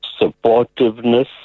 supportiveness